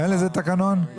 הרב אייכלר,